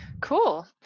Cool